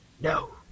no